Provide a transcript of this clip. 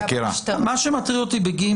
מה שמטריד אותי בסעיף קטן (ג)